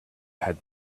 had